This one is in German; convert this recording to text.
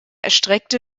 erstreckte